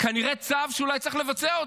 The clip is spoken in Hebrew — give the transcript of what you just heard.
כנראה צו שאולי צריך לבצע,